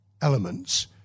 elements